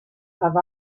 have